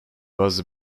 was